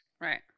Right